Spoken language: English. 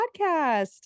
podcast